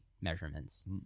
measurements